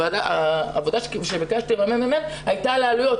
העבודה שביקשתי מהממ"מ הייתה על העלויות,